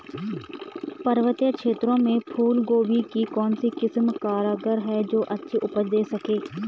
पर्वतीय क्षेत्रों में फूल गोभी की कौन सी किस्म कारगर है जो अच्छी उपज दें सके?